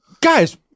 Guys